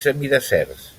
semideserts